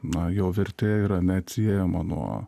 na jo vertė yra neatsiejama nuo